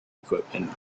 equipment